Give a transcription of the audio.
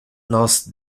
nos